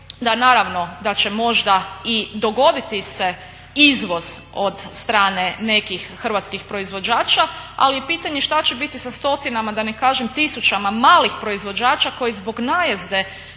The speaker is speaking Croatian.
naravno da će možda i dogoditi se izvoz od strane nekih hrvatskih proizvođača ali je pitanje šta će biti sa stotinama, da ne kažem tisućama malih proizvođača koji zbog najezde